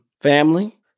family